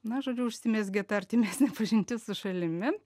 na žodžiu užsimezgė ta artimesnė pažintis su šalimi